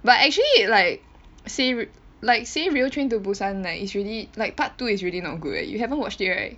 but actually like say like say real train to Busan like it's really like part two is really not good eh you haven't watched it right